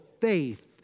faith